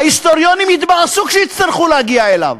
ההיסטוריונים יתבאסו כשיצטרכו להגיע אליו,